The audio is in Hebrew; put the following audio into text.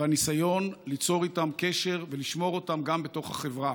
בניסיון ליצור איתם קשר ולשמור אותם גם בתוך החברה.